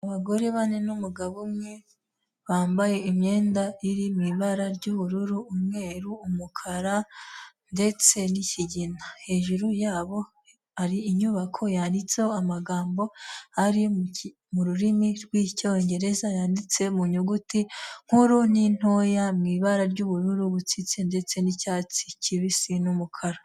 Abagore bane n'umugabo umwe, bambaye imyenda iri mu ibara ry'ubururu, umweru, umukara, ndetse n'ikigina. Hejuru yabo hari inyubako yanditseho amagambo ari mu rurimi rw'icyongereza ,yanditse mu nyuguti nkuru n'intoya, mu ibara ry'ubururu butsitse ndetse n'icyatsi kibisi, n'umukara.